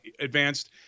advanced